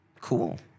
cool